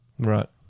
Right